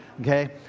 Okay